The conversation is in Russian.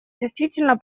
действительно